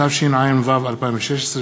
התשע"ו 2016,